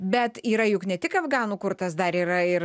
bet yra juk ne tik afganų kurtas dar yra ir